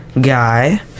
guy